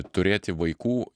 turėti vaikų